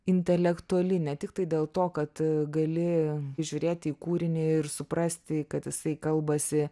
intelektuali ne tiktai dėl to kad gali žiūrėti į kūrinį ir suprasti kad jisai kalbasi